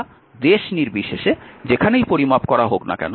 যা দেশ নির্বিশেষে যেখানেই পরিমাপ করা হোক না কেন